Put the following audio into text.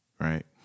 right